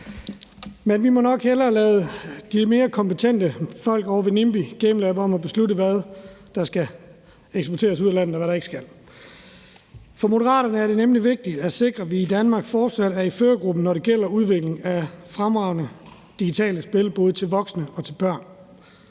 Men vi må nok hellere lade de mere kompetente folk på Nimbi Gamelab om at beslutte, hvad der skal eksporteres ud af landet, og hvad der ikke skal. For Moderaterne er det nemlig vigtigt at sikre, at vi i Danmark fortsat er i førergruppen, når det gælder udvikling af fremragende digitale spil både til voksne og til børn.